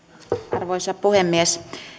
arvoisa puhemies